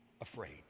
afraid